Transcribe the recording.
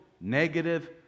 negative